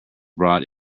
brought